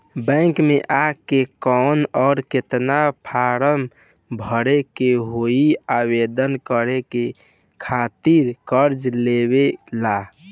Bank मे आ के कौन और केतना फारम भरे के होयी आवेदन करे के खातिर कर्जा लेवे ला?